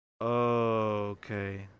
Okay